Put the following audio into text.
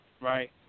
right